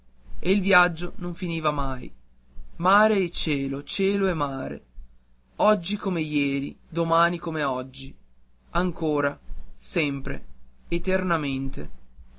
e il viaggio non finiva mai mare e cielo cielo e mare oggi come ieri domani come oggi ancora sempre eternamente